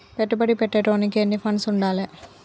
పెట్టుబడి పెట్టేటోనికి ఎన్ని ఫండ్స్ ఉండాలే?